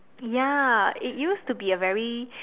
ya it used to be a very